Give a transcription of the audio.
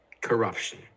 Corruption